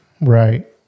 right